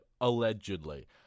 allegedly